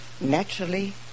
Naturally